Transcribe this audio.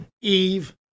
Eve